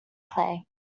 clay